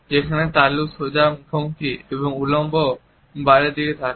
যেখানে তালু সোজা মুখোমুখি এবং উল্লম্বভাবে বাইরের দিকে থাকে